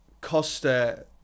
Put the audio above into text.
Costa